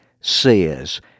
says